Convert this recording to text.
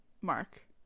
mark